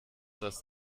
das